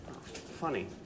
Funny